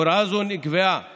הוראה זו נקבעה